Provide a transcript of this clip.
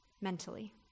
Mentally